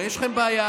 הרי יש לכם בעיה,